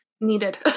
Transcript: needed